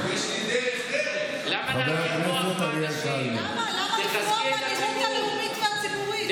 חבר הכנסת נאור שירי, אתה לפני קריאה ראשונה.